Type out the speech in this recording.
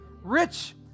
rich